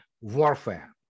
warfare